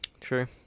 True